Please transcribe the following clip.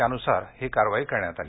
त्यानुसार करवाई करण्यात आली